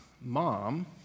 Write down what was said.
mom